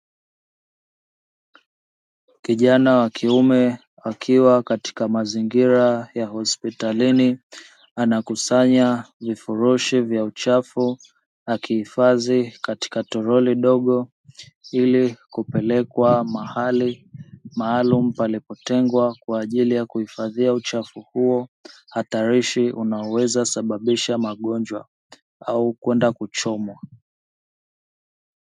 Kijana wa kiume akiwa katika mazingira ya hospitalini anakusanya vifurushi vya uchafu, akihifadhi katika toroli dogo ile kupelekwa mahali maalumu palipotengwa kwa ajili ya kuhifadhia uchafu huo hatarishi, unaoweza sababisha magonjwa au kwenda kuchomwa.